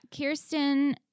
Kirsten